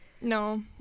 no